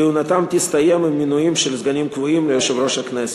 כהונתם תסתיים עם מינוי סגנים קבועים ליושב-ראש הכנסת.